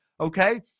Okay